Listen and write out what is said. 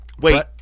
wait